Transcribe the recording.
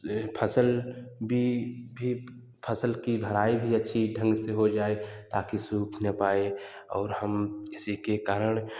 फसल भी फसल की भराई भी अच्छी ढंग से हो जाए ताकि सूख न पाए और हम इसी के कारण